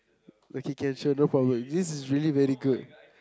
okay can sure no problem this is really very good